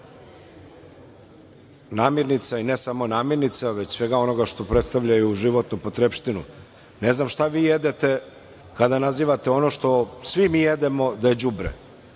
namirnica i ne samo namirnica već svega onoga što predstavljaju životnu potrepštinu. Ne znam šta vi jedete kada nazivate ono što svi mi jedemo da je đubre.